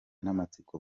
n’amatsiko